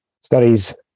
studies